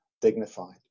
dignified